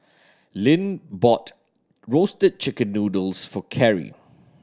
Lynn bought roasted chicken noodles for Carri